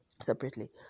separately